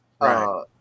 Right